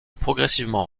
progressivement